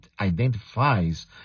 identifies